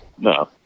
No